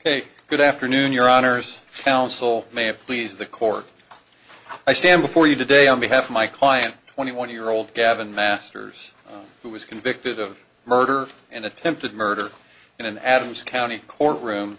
ok good afternoon your honour's counsel may have please the court i stand before you today on behalf of my client twenty one year old gavin masters who was convicted of murder and attempted murder in an adams county courtroom